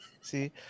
See